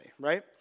right